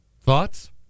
Thoughts